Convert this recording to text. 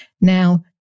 Now